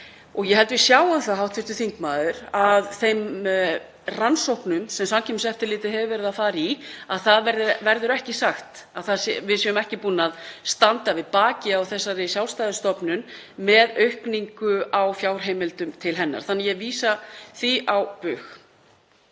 Ég held að við sjáum það, hv. þingmaður, á þeim rannsóknum sem Samkeppniseftirlitið hefur verið að fara í að það verður ekki sagt að við séum ekki búin að standa við bakið á þessari sjálfstæðu stofnun með aukningu á fjárheimildum til hennar þannig að ég vísa því á bug.